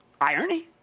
Irony